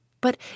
But